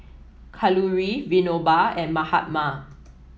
Kalluri Vinoba and Mahatma